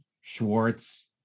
Schwartz